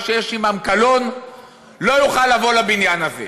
שיש עמה קלון לא יוכל לבוא לבניין הזה.